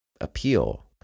appeal